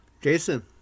Jason